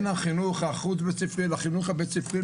החינוך החוץ-בית-ספרי לחינוך הבית-ספרי.